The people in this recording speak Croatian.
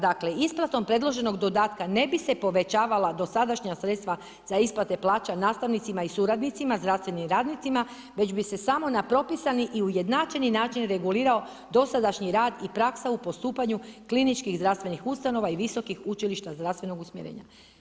Dakle isplatom predloženom dodatka, ne bi se povećavala dosadašnja sredstva za isplate plaća nastavnicima i suradnicima, zdravstvenim radnicima, već bi se samo na propisani i ujednačeni način regulirao dosadašnji rad i praksa u postupanju kliničkih zdravstvenih ustanova i visokog učilišta zdravstvenog usmjerenja.